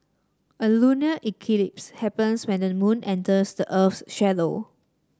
a lunar eclipse happens when the moon enters the earth's shadow